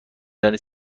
دانید